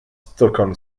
stockholm